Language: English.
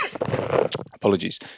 apologies